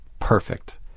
perfect